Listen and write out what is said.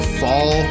fall